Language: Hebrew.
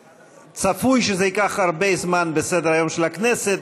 צפוי שזה ייקח הרבה זמן בסדר-היום של הכנסת.